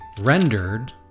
rendered